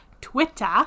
Twitter